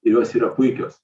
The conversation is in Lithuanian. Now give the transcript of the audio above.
ir jos yra puikios